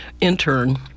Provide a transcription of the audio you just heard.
intern